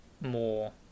more